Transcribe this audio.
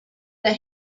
they